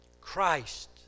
Christ